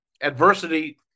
adversity